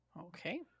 Okay